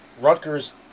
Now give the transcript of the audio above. Rutgers